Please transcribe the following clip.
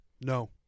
no